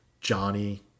Johnny